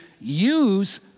use